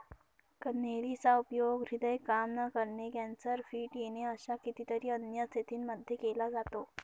कन्हेरी चा उपयोग हृदय काम न करणे, कॅन्सर, फिट येणे अशा कितीतरी अन्य स्थितींमध्ये केला जातो